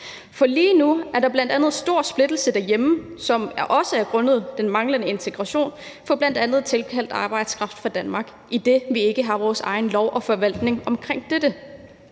for lige nu er der bl.a. stor splittelse derhjemme, som også er grundet den manglende integration for bl.a. tilkaldt arbejdskraft fra Danmark, idet vi ikke har vores egen lov og forvaltning om dette.